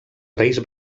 reis